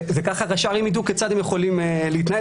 וככה ראשי ערים ידעו כיצד הם יכולים להתנהל.